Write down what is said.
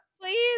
please